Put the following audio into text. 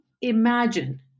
imagine